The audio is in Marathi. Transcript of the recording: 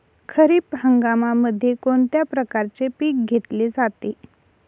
खरीप हंगामामध्ये कोणत्या प्रकारचे पीक घेतले जाते?